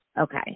Okay